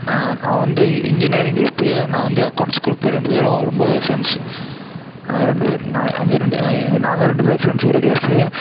நான் அவன் வந்து இன்ஜினியரிங் குரூப்பு நான் வந்து அக்கௌண்ட்ஸ் குரூப் ரெண்டு பேரும் ரொம்ப ஃபிரண்ட்ஸ் நாங்கள் ரெண்டு பேர் அந்த ரெண்டு நாங்கள் ரெண்டு பேரும் ஃபிரண்ட்ஸ் ஒரே கிளாஸு